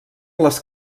les